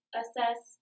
assess